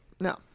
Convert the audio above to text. No